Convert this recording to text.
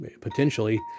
potentially